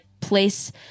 place